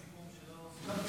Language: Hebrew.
הסיכום שלא סוכם?